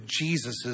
Jesus